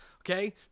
Okay